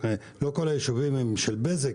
לא כל הישובים הם של בזק,